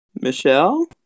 Michelle